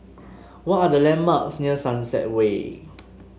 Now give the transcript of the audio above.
what are the landmarks near Sunset Way